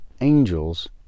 angels